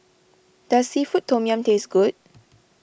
does Seafood Tom Yum taste good